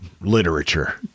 literature